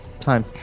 time